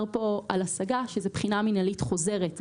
כאן על השגה שהיא בחינה מינהלית חוזרת.